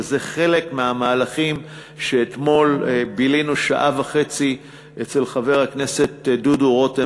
וזה חלק מהמהלכים שאתמול בילינו שעה וחצי אצל חבר הכנסת דודו רותם